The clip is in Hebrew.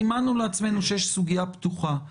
סימנו לעצמנו שיש סוגיה פתוחה.